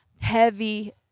heavy